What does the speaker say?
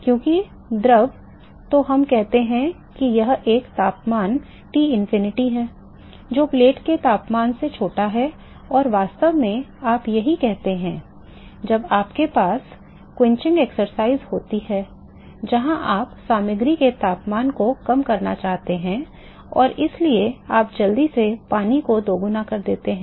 क्योंकि द्रव तो हम कहते हैं कि यह एक तापमान टिनफिनिटी है जो प्लेट के तापमान से छोटा है और वास्तव में आप यही करते हैं जब आपके पास शमन अभ्यास होता है जहां आप सामग्री के तापमान को कम करना चाहते हैं और इसलिए आप जल्दी से पानी को दोगुना कर देते हैं